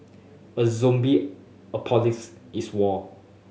a zombie apocalypse is war